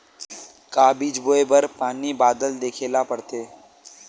का बीज बोय बर पानी बादल देखेला पड़थे?